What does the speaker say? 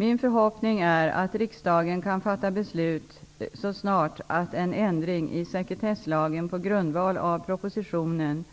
Min förhoppning är att riksdagen kan fatta beslut så snart att en ändring i sekretesslagen på grundval av propositionen